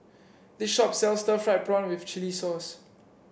this shop sells Stir Fried Prawn with Chili Sauce